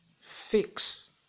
fix